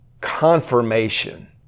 confirmation